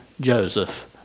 Joseph